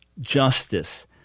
justice